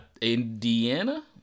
Indiana